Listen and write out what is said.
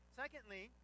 secondly